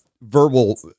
verbal